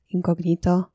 Incognito